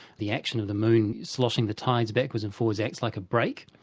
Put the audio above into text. the action of the moon sloshing the tides backwards and forwards acts like a break.